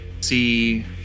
see